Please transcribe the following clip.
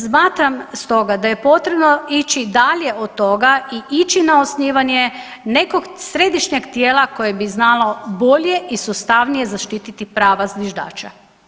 Smatram stoga da je potrebno ići dalje od toga i ići na osnivanje nekog središnjeg tijela koje bi znalo bolje i sustavnije zaštiti prava zviždača.